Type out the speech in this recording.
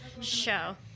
show